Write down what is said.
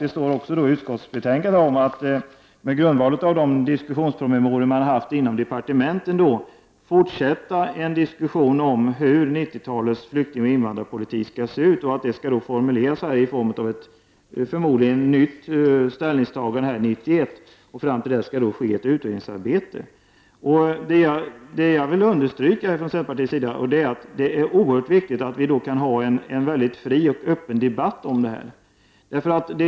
Det står också i utskottsbetänkandet att man på grundval av de diskussionspromemorior som har upprättats inom departementen vill fortsätta en diskussion om hur 90-talets flyktingoch invandrarpolitik skall se ut, och det skall förmodligen formuleras ett nytt ställningstagande år 1991. Fram till dess skall det ske ett utredningsarbete. Jag vill understryka att vi i centern anser att det är oerhört viktigt att vi kan ha en mycket fri och öppen debatt om detta.